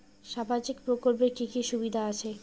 সামাজিক প্রকল্পের কি কি সুবিধা আছে?